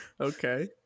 Okay